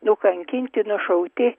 nukankinti nušauti